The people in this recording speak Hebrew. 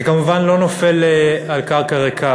זה כמובן לא נופל על קרקע ריקה,